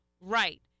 right